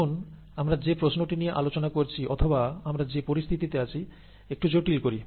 আসুন আমরা যে প্রশ্নটি নিয়ে আলোচনা করছি অথবা আমরা যে পরিস্থিতিতে আছি একটু জটিল করি